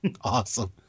Awesome